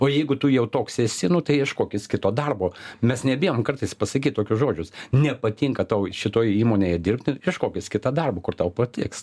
o jeigu tu jau toks esi nu tai ieškokis kito darbo mes nebijom kartais pasakyt tokius žodžius nepatinka tau šitoj įmonėje dirbti ieškokis kitą darbą kur tau patiks